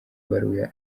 ibaruwa